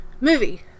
movie